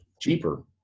cheaper